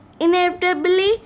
inevitably